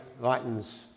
lightens